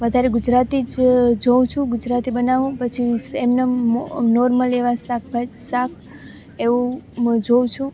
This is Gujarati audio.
વધારે ગુજરાતી જ જોઉં છું ગુજરાતી બનાવું પછી નોર્મલ એવાં શાક એવું જોઉં છું